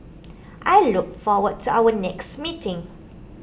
I look forward to our next meeting